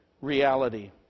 reality